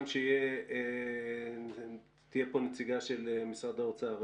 גם כשתהיה פה נציגה של משרד האוצר.